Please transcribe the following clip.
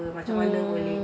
mm